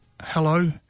hello